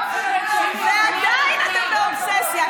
כל הכבוד, ועדיין אתם באובססיה.